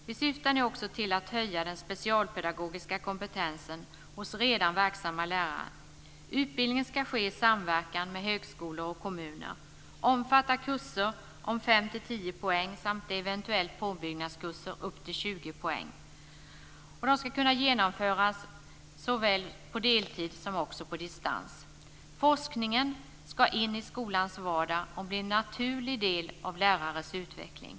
Vi syftar nu också till att höja den specialpedagogiska kompetensen hos redan verksamma lärare. Utbildningen ska ske i samverkan med högskolor och kommuner, omfatta kurser om 5-10 poäng samt eventuellt påbyggnadskurser upp till 20 poäng. De ska kunna genomföras såväl på deltid som på distans. Forskningen ska in i skolans vardag och bli en naturlig del av lärares utveckling.